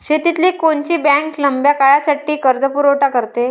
शेतीले कोनची बँक लंब्या काळासाठी कर्जपुरवठा करते?